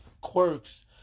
quirks